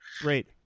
great